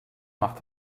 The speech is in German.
macht